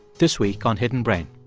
this week on hidden brain